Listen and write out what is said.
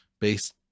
based